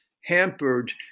hampered